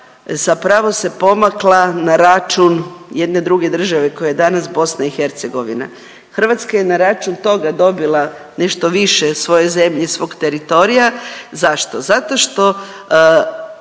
zapravo se pomakla na račun jedne druge države koja je danas Bosna i Hercegovina. Hrvatska je na račun toga dobila nešto više svoje zemlje i svog teritorija. Zašto? Zato što